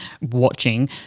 watching